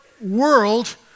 world